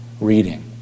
reading